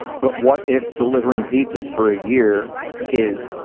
but what if delivering pizzas for a year is,